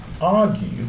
argue